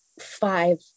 five